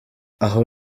aho